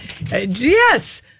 Yes